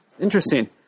Interesting